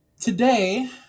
today